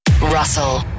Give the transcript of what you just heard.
Russell